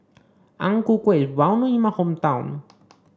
Ang Ku Kueh is well known in my hometown